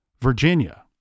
Virginia